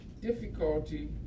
difficulty